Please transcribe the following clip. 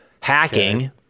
hacking